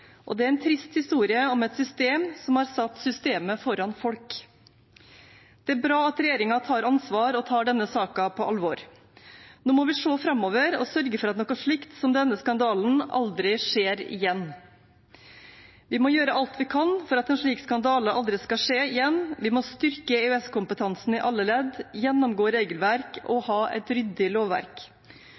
Det er en trist historie om et system som har satt systemet foran folk. Det er bra at regjeringen tar ansvar og tar denne saken på alvor. Nå må vi se framover og sørge for at noe slikt som denne skandalen aldri skjer igjen. Vi må gjøre alt vi kan for at en slik skandale aldri skal skje igjen. Vi må styrke EØS-kompetansen i alle ledd, gjennomgå regelverk og ha et ryddig lovverk.